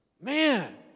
Man